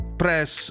press